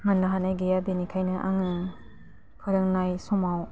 मोन्नो हानाय गैया बिनिखायनो आङो फोरोंनाय समाव